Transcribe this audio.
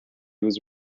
was